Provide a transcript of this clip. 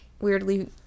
weirdly